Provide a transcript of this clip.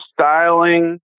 styling